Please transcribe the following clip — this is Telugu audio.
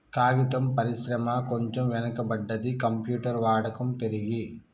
కాగితం పరిశ్రమ కొంచెం వెనక పడ్డది, కంప్యూటర్ వాడకం పెరిగి